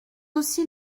aussi